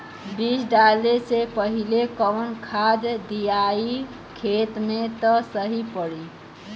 बीज डाले से पहिले कवन खाद्य दियायी खेत में त सही पड़ी?